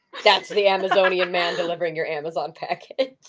that's the amazonian man delivering your amazon package.